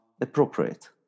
appropriate